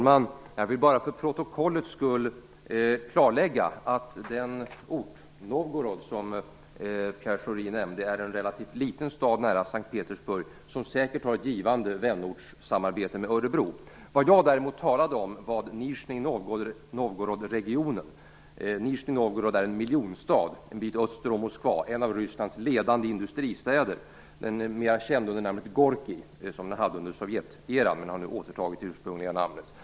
Fru talman! För protokollets skull vill jag klarlägga att den ort, Novgorod, som Pierre Schori nämnde är en relativt liten stad nära S:t Petersburg som säkert har ett givande vänortssamarbete med Örebro. Jag talade om Nizjnij Novgorod-regionen. Nizjnij Novgorod är en miljonstad en bit öster om Moskva och en av Rysslands ledande industristäder. Staden är mera känd under namnet Gorkij, som den hette under Sovjeteran. Nu har det ursprungliga namnet återtagits.